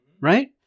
right